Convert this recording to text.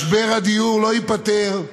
משבר הדיור לא ייפתר,